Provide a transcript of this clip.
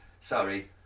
Sorry